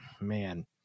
man